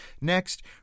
Next